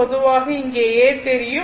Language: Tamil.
பொதுவாக இங்கே A தெரியும்